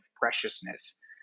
preciousness